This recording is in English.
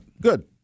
good